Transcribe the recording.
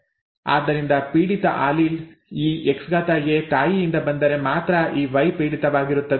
ಆದ್ದರಿಂದ ಪೀಡಿತ ಆಲೀಲ್ ಈ Xa ತಾಯಿಯಿಂದ ಬಂದರೆ ಮಾತ್ರ ಈ ವೈ ಪೀಡಿತವಾಗಿರುತ್ತದೆ